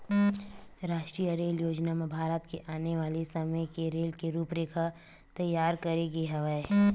रास्टीय रेल योजना म भारत के आने वाले समे के रेल के रूपरेखा तइयार करे गे हवय